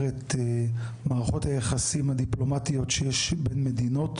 את מערכות היחסים הדיפלומטיות שיש בין מדינות,